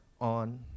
on